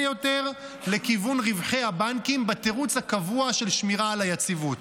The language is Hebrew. יותר לכיוון רווחי הבנקים בתירוץ הקבוע של שמירה על היציבות.